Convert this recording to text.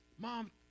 Mom